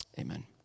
amen